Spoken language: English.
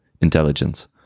intelligence